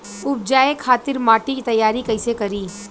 उपजाये खातिर माटी तैयारी कइसे करी?